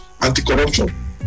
anti-corruption